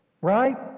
right